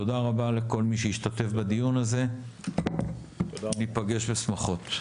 תודה רבה לכל מי שהשתתף בדיון הזה ניפגש בשמחות.